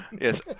Yes